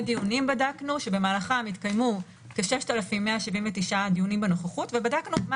בטח שזה פוגע בזכויות שלהם.